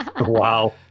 wow